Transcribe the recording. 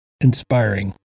inspiring